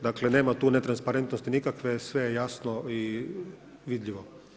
Dakle, nema tu netransparentnosti nikakve, sve je jasno i vidljivo.